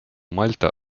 мальта